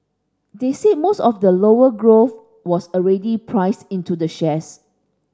they said most of the lower growth was already priced into the shares